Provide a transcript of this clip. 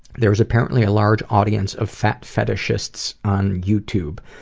there's apparently a large audience of fat fetishists on youtube.